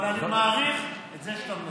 אבל אני מעריך את זה שאתה מנסה.